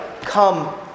come